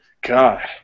God